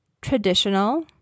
traditional